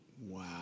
Wow